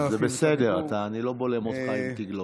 זה בסדר, אני לא בולם אותך אם תגלוש.